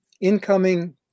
incoming